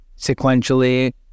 sequentially